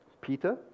Peter